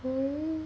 um